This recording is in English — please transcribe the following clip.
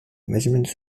measurements